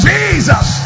Jesus